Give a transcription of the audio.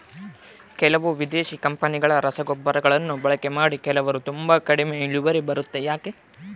ಕೆಲವು ವಿದೇಶಿ ಕಂಪನಿಗಳ ರಸಗೊಬ್ಬರಗಳನ್ನು ಬಳಕೆ ಮಾಡಿ ಕೆಲವರು ತುಂಬಾ ಕಡಿಮೆ ಇಳುವರಿ ಬರುತ್ತೆ ಯಾಕೆ?